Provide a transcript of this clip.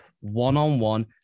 one-on-one